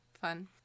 fun